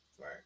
Right